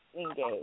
engage